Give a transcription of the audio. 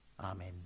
Amen